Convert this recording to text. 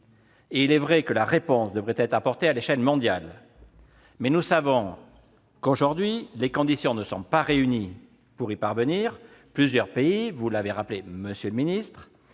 Il est vrai que la réponse devrait être apportée à l'échelle mondiale ; mais nous savons que, aujourd'hui, les conditions ne sont pas réunies pour y parvenir. Plusieurs pays, et non des moindres, ne sont